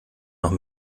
noch